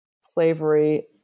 slavery